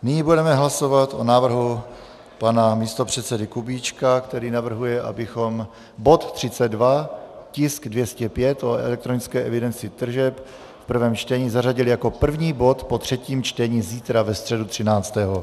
Nyní budeme hlasovat o návrhu pana místopředsedy Kubíčka, který navrhuje, abychom bod 32, tisk 205, o elektronické evidenci tržeb, v prvém čtení, zařadili jako první bod po třetím čtení zítra, ve středu 13.